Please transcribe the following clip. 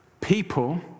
People